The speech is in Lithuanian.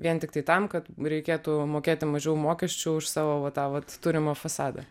vien tiktai tam kad reikėtų mokėti mažiau mokesčių už savo va tą vat turimą fasadą